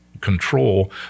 control